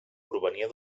provenia